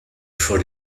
before